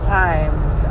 times